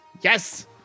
Yes